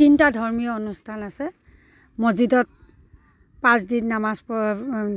তিনিটা ধৰ্মীয় অনুষ্ঠান আছে মছজিদত পাঁচদিন নামাজ পঢ়ে